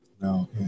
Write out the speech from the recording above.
No